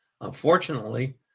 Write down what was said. Unfortunately